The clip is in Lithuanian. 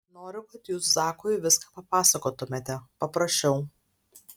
noriu kad jūs zakui viską papasakotumėte paprašiau